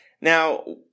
Now